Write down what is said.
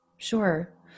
Sure